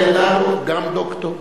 רחל אדטו גם דוקטור,